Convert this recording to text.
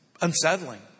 unsettling